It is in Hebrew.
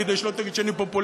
כדי שלא תגיד שאני פופוליסטי.